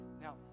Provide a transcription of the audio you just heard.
Now